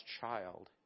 child